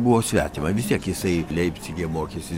buvo svetima vis tiek jisai leipcige mokėsi